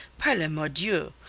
par la mordieu!